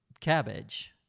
cabbage